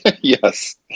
Yes